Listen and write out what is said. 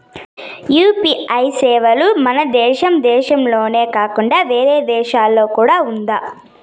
UPI సేవలు మన దేశం దేశంలోనే కాకుండా వేరే దేశాల్లో కూడా ఉందా?